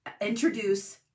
introduce